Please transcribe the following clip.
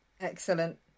Excellent